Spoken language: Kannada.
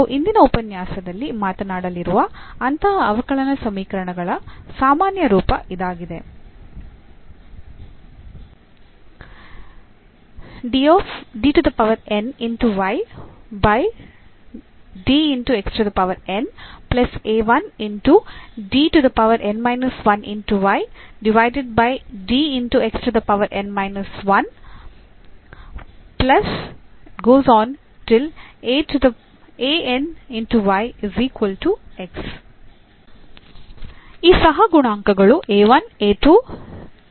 ನಾವು ಇಂದಿನ ಉಪನ್ಯಾಸದಲ್ಲಿ ಮಾತನಾಡಲಿರುವ ಅಂತಹ ಅವಕಲನ ಸಮೀಕರಣಗಳ ಸಾಮಾನ್ಯ ರೂಪ ಇದಾಗಿದೆ ಈ ಸಹಗುಣಾಂಕಗಳು